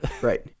right